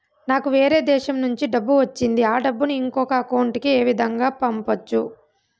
నాకు వేరే దేశము నుంచి డబ్బు వచ్చింది ఆ డబ్బును ఇంకొక అకౌంట్ ఏ విధంగా గ పంపొచ్చా?